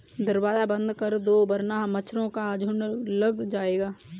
दरवाज़ा बंद कर दो वरना मच्छरों का झुंड लग जाएगा